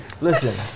Listen